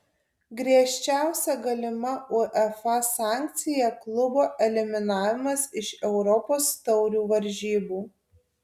griežčiausia galima uefa sankcija klubo eliminavimas iš europos taurių varžybų